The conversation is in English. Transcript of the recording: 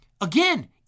Again